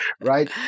right